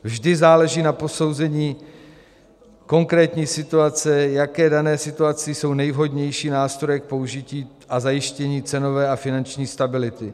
Vždy záleží na posouzení konkrétní situace, v jaké dané situaci jsou nejvhodnější nástroje k použití pro zajištění cenové a finanční stability.